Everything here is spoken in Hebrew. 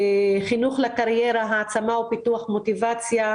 חינוך לקריירה הקמה ופיתוח מוטיבציה,